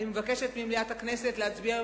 אני מבקשת ממליאת הכנסת להצביע היום